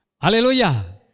Hallelujah